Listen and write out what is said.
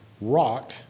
rock